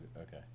okay